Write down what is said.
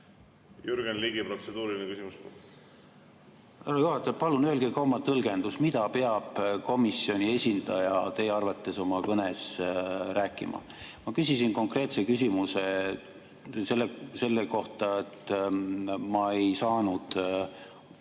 Jürgen Ligi, protseduuriline küsimus! Härra juhataja, palun öelge ka oma tõlgendus, mida peab komisjoni esindaja teie arvates oma kõnes rääkima. Ma küsisin konkreetse küsimuse selle kohta, et ma ei saanud